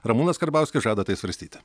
ramūnas karbauskis žada tai svarstyti